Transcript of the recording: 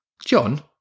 John